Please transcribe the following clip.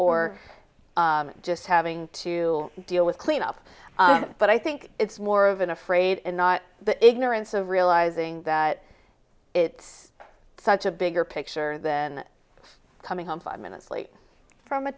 or just having to deal with cleanup but i think it's more of an afraid and not the ignorance of realizing that it's such a bigger picture than coming home five minutes late from a